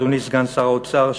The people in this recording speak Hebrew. אדוני סגן שר האוצר,